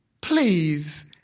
please